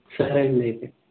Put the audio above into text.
సరే అండి అయితే